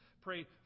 Pray